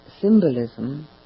symbolism